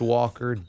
Walker